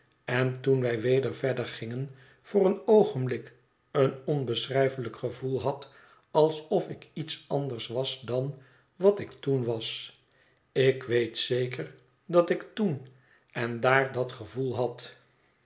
en toen wij weder verder gingen voor een oogenblik een onbeschrijfelijk gevoel had alsof ik iets anders was dan wat ik toen was ik weet zeker dat ik toen en daar dat gevoel had